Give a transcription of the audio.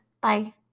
Bye